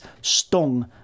stung